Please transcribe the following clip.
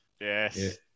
yes